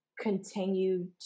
continue